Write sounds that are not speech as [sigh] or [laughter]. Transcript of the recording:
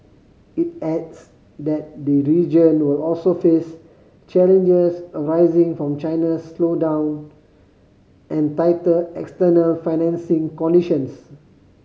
it adds that [unintelligible] region will also face challenges arising from China's slowdown and tighter external financing conditions